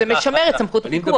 זה משמר את סמכות הפיקוח.